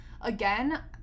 again